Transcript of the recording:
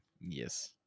Yes